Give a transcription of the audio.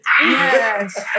Yes